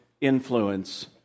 influence